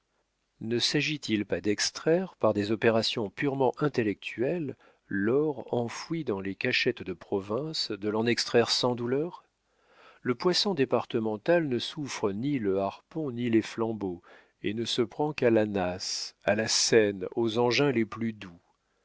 ne s'agit-il pas d'extraire par des opérations purement intellectuelles l'or enfoui dans les cachettes de province de l'en extraire sans douleur le poisson départemental ne souffre ni le harpon ni les flambeaux et ne se prend qu'à la nasse à la seine aux engins les plus doux